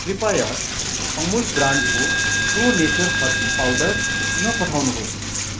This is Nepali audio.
कृपया अमुल ब्रान्डको प्रो नेचर हर्दी पाउडर नपठाउनुहोस्